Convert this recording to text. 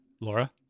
Laura